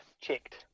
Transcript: checked